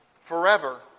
forever